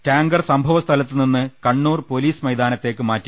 tanker സംഭവസ്ഥലത്തുനിന്ന് Kannur police മൈതാനത്തേക്ക് മാറ്റി